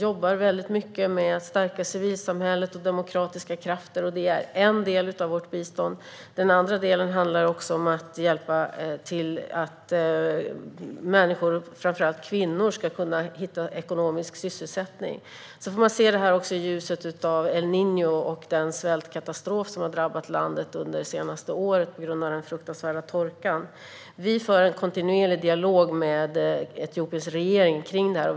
Vi jobbar mycket med att stärka civilsamhället och demokratiska krafter. Det är en del av vårt bistånd. Den andra delen handlar om att hjälpa människor, framför allt kvinnor, att hitta ekonomisk sysselsättning. Man får också se det här i ljuset av El Niño och den svältkatastrof som har drabbat landet under det senaste året på grund av den fruktansvärda torkan. Vi för en kontinuerlig dialog med Etiopiens regering om det.